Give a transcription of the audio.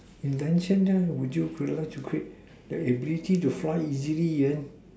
invention leh would you like to create the ability to fly easily then